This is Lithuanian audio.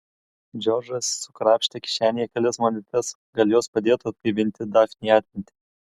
džordžas sukrapštė kišenėje kelias monetas gal jos padėtų atgaivinti dafnei atmintį